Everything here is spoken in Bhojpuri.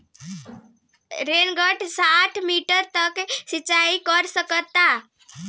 रेनगन साठ मिटर तक सिचाई कर सकेला का?